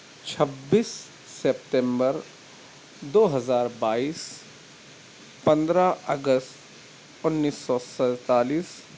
چھبیس سپتمبر دو ہزار بائیس پندرہ اگست انّیس سو سینتالیس